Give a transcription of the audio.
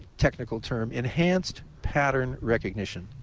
technical term, enhanced pattern recognition.